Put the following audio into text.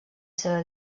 seva